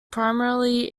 primarily